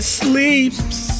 sleeps